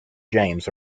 james